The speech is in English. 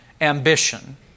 Ambition